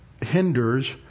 hinders